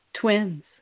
Twins